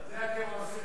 את זה אתם עושים,